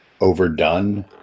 overdone